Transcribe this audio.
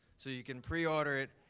so you can pre-order it,